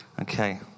Okay